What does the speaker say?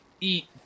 eat